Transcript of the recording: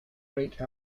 rate